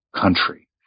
country